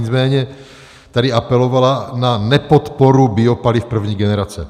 Nicméně tady apelovala na nepodporu biopaliv první generace.